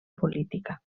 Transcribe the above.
política